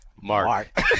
Mark